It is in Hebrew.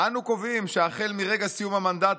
"אנו קובעים שהחל מרגע סיום המנדט,